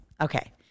okay